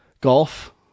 golf